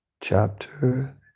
chapter